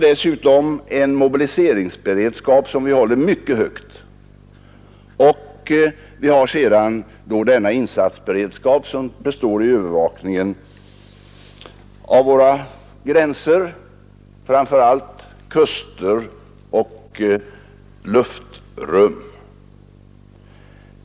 Dessutom har vi en mobiliseringsberedskap, som vi håller mycket hög, och vidare den insatsberedskap som består i övervakning av våra gränser, framför allt kuster och luftrum.